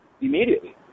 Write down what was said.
immediately